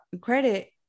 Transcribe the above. credit